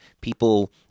people